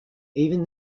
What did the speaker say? even